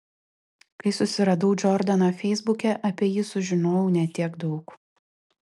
kai susiradau džordaną feisbuke apie jį sužinojau ne tiek daug